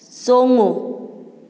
ꯆꯣꯡꯉꯨ